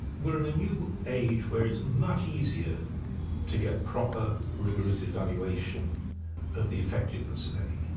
we're in a new age where it's much easier to get proper rigorous evaluation of the effectiveness of aid.